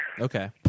Okay